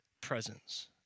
presence